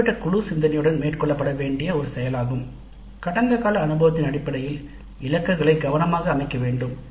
குறிப்பிட்ட அளவு குழு சிந்தனை மற்றும் கடந்த கால அனுபவத்தின் அடிப்படையில் இலக்குகளை கவனமாக நிர்ணயிக்க வேண்டும்